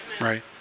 right